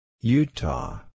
Utah